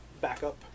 backup